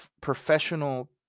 professional